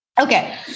Okay